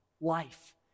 life